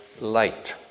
light